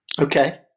Okay